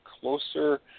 closer